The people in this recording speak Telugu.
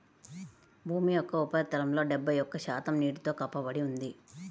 భూమి యొక్క ఉపరితలంలో డెబ్బై ఒక్క శాతం నీటితో కప్పబడి ఉంది